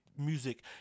Music